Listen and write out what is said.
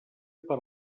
per